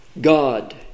God